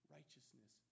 Righteousness